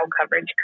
coverage